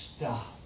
stop